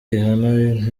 rihanna